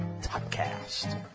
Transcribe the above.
Topcast